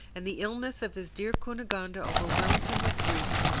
and the illness of his dear cunegonde overwhelmed him with grief.